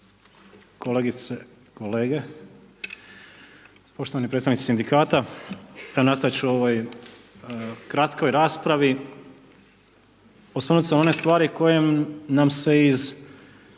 kolegice, kolege, poštovani predstavnici Sindikata, evo nastaviti ću o ovoj kratkoj raspravi, osvrnuti se na one stvari koje nam se iz